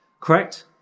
correct